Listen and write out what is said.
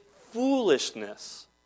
foolishness